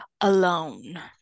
alone